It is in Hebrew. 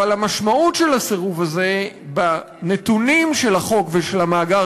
אבל המשמעות של הסירוב הזה בנתונים של החוק ושל המאגר